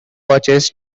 watchers